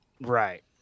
right